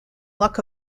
luck